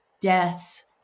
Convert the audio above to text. deaths